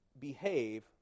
behave